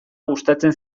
gustatzen